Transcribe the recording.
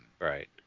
Right